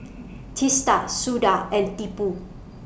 Teesta Suda and Tipu